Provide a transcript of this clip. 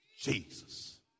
Jesus